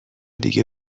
دیگه